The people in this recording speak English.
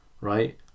right